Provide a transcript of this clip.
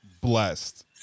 blessed